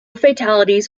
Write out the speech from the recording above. fatalities